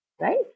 right